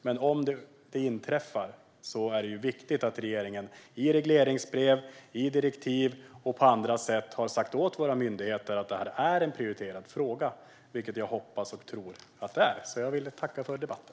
Men om det inträffar är det viktigt att regeringen i regleringsbrev, i direktiv och på andra sätt har sagt åt våra myndigheter att detta är en prioriterad fråga, vilket jag hoppas och tror att det är. Tack, statsrådet, för debatten!